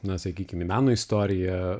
na sakykim į meno istoriją